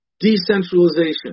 Decentralization